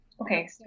Okay